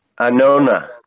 anona